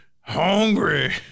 hungry